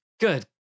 good